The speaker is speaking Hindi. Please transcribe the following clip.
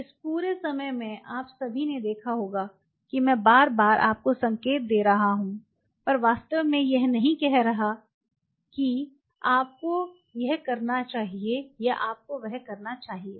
इस पूरे समय में आप सभी ने देखा होगा कि मैं बार बार आपको संकेत दे रहा हूँ पर वास्तव में यह नहीं कह रहा है कि आपको यह करना चाहिए या आपको वह करना चाहिए